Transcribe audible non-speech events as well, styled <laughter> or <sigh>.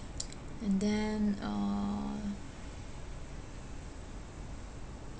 <noise> and then uh